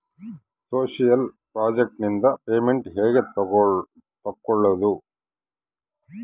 Social project ನಿಂದ payment ಹೆಂಗೆ ತಕ್ಕೊಳ್ಳದು?